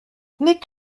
nick